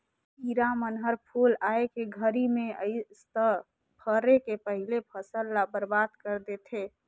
किरा मन हर फूल आए के घरी मे अइस त फरे के पहिले फसल ल बरबाद कर देथे